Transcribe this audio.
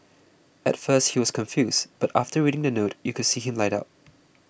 at first he was confused but after reading the note you could see him light up